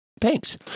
Thanks